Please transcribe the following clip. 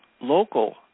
Local